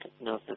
no